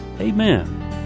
Amen